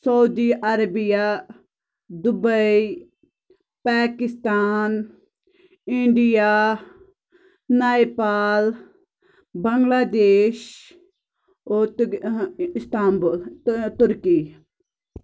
Saudi Arabia Dubai Pakistan India Nepal Bangladesh Istanbul turkey